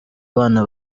bana